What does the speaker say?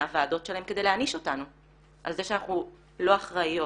הוועדות שלהם כדי להעניש אותנו על זה שאנחנו לא אחראיות.